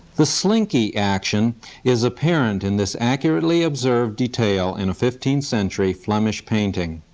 the slinky action is apparent in this accurately observed detail in a fifteenth century flemish painting.